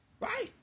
Right